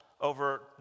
over